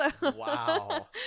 Wow